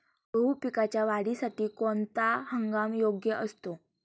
गहू पिकाच्या वाढीसाठी कोणता हंगाम योग्य असतो?